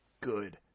good